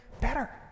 better